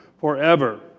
forever